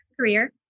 career